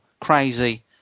crazy